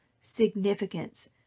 significance